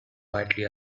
quietly